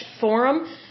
Forum